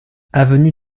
avenue